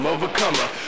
Overcomer